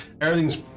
Everything's